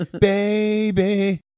baby